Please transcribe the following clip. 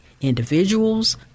individuals